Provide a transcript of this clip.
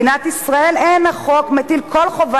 במדינת ישראל אין החוק מטיל כל חובה